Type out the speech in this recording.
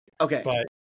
Okay